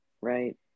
right